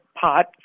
pot